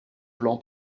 plan